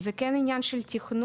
זה כן עניין של תכנון,